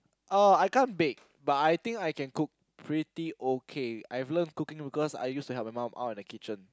oh I can't bake but I think I can cook pretty okay I learned cooking because I used to help my mum out in the kitchen